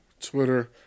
Twitter